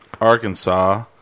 Arkansas